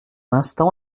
instant